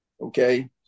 okay